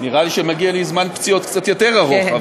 נראה לי שמגיע לי זמן פציעות קצת יותר ארוך,